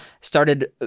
started